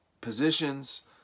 positions